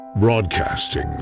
Broadcasting